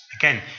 again